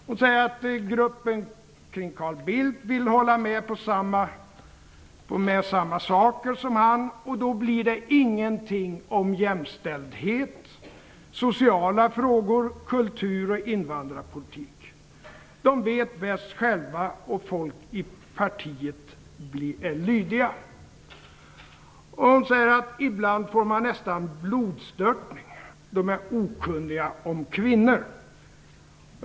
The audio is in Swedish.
Hon säger också: Gruppen kring Carl Bildt vill hålla på med samma saker som han, och då blir det ingenting om jämställdhet, sociala frågor, kultur och invandrarpolitik. De vet bäst själva, och folk i partiet är lydiga. Sedan säger hon: Ibland får man nästan blodstörtning. De är okunniga om kvinnor.